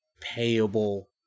payable